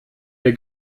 der